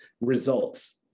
results